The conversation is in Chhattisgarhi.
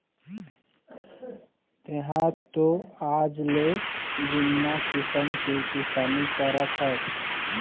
तेंहा तो आजले जुन्ना किसम के किसानी करत हस